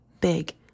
big